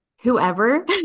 whoever